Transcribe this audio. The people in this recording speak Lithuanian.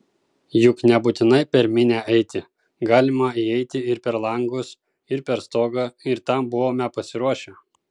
juk nebūtinai per minią eiti galima įeiti ir per langus ir per stogą ir tam buvome pasiruošę